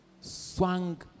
swung